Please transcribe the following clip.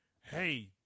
hey